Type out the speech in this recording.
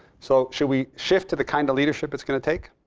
so should we shift to the kind of leadership it's going to take?